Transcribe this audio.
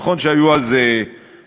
נכון שהיו אז קשיים,